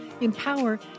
empower